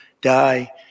die